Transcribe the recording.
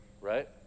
right